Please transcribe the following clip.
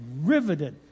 riveted